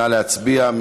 נא להצביע.